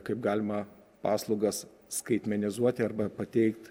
kaip galima paslaugas skaitmenizuoti arba pateikt